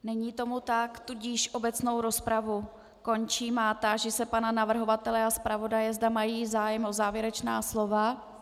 Není tomu tak, tudíž obecnou rozpravu končím a táži se pana navrhovatele a zpravodaje, zda mají zájem o závěrečná slova.